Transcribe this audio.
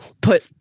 put